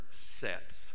sets